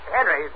Henry